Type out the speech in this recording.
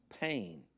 pain